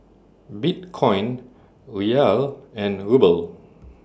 Bitcoin Riyal and Ruble